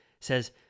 says